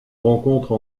rencontre